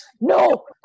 no